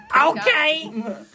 Okay